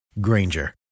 Granger